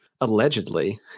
allegedly